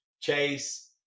chase